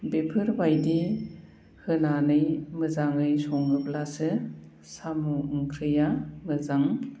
बेफोरबायदि होनानै मोजाङै सङोब्लासो साम' ओंख्रिया मोजां